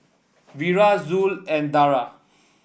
Wira Zul and Dara